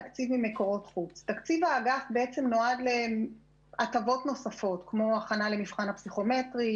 תקציב האגף נועד להטבות נוספות כמו הכנה למבחן הפסיכומטרי,